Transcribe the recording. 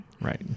Right